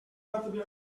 same